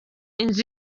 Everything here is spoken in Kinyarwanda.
inzu